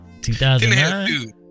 2009